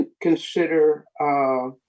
consider